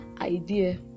idea